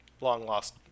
long-lost